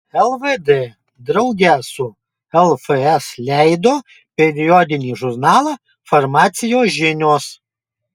lvd drauge su lfs leido periodinį žurnalą farmacijos žinios